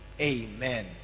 Amen